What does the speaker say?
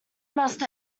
must